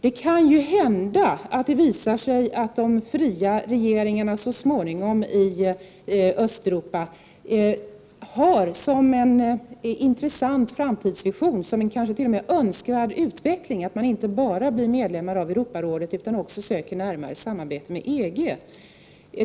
Det kan ju hända att det visar sig att de fria regeringarna i Östeuropa så småningom har som en intressant framtidsvision, kanske t.o.m. önskvärd utveckling, att inte bara bli medlemmar i Europarådet utan också söker närmare samarbete med EG.